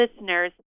listeners